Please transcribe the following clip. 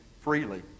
freely